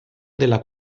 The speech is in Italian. della